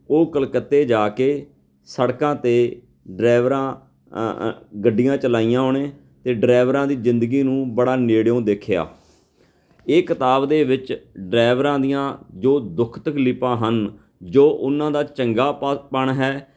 ਉਹ ਕਲਕੱਤੇ ਜਾ ਕੇ ਸੜਕਾਂ 'ਤੇ ਡਰਾਈਵਰਾਂ ਗੱਡੀਆਂ ਚਲਾਈਆਂ ਉਹਨੇ ਅਤੇ ਡਰਾਈਵਰਾਂ ਦੀ ਜ਼ਿੰਦਗੀ ਨੂੰ ਬੜਾ ਨੇੜਿਓਂ ਦੇਖਿਆ ਇਹ ਕਿਤਾਬ ਦੇ ਵਿੱਚ ਡਰਾਈਵਰਾਂ ਦੀਆਂ ਜੋ ਦੁੱਖ ਤਕਲੀਫਾਂ ਹਨ ਜੋ ਉਹਨਾਂ ਦਾ ਚੰਗਾ ਪ ਪਣ ਹੈ